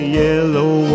yellow